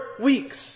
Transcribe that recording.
weeks